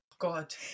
god